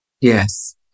Yes